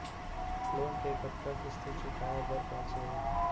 Loan के कतना किस्ती चुकाए बर बांचे हे?